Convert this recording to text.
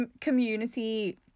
community